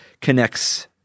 connects –